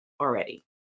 already